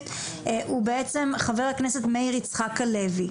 הוא בעצם חבר הכנסת מאיר יצחק הלוי,